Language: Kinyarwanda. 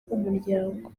umuryango